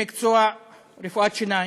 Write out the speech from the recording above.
במקצוע רפואת שיניים,